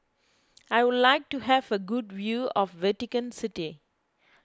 I would like to have a good view of Vatican City